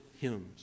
hymns